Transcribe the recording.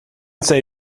say